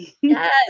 Yes